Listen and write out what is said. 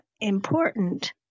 important